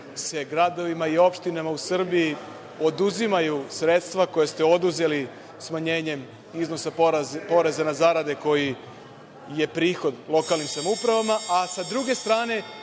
se gradovima i opštinama u Srbiji oduzimaju sredstva koja ste oduzeli smanjenjem iznosa poreza na zarade koji je prihod lokalnim samoupravama, a sa druge strane